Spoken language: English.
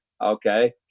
Okay